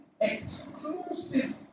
exclusive